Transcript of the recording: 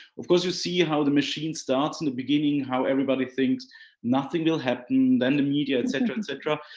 of course you see how the machine starts in the beginning, how everybody thinks nothing will happen then the media, etc, etc.